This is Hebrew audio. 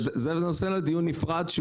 זה נושא לדיון נפרד.